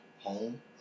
home